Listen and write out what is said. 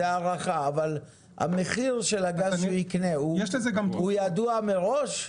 זה הארכה, אבל המחיר של הגז שיקנה הוא ידוע מראש?